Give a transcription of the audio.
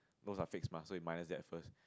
those are fixed mah so you minus that first